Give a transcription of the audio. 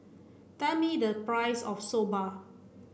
tell me the price of Soba